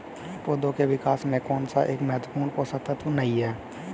पौधों के विकास में कौन सा एक महत्वपूर्ण पोषक तत्व नहीं है?